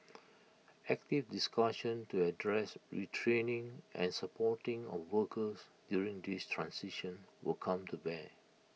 active discussion to address retraining and supporting of workers during this transition will come to bear